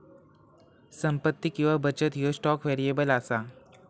संपत्ती किंवा बचत ह्यो स्टॉक व्हेरिएबल असा